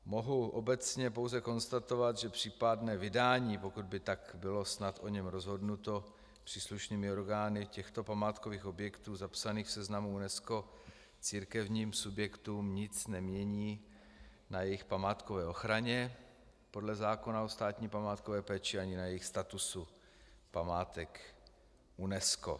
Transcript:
Mohu pouze obecně konstatovat, že případné vydání pokud by snad tak bylo o něm rozhodnuto příslušnými orgány těchto památkových objektů zapsaných v seznamu UNESCO církevním subjektům nic nemění na jejich památkové ochraně podle zákona o státní památkové péči ani na jejich statusu památek UNESCO.